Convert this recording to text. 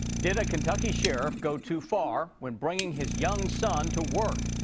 did a kentucky sheriff go too far. when bringing his young son to work?